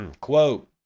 Quote